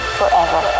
forever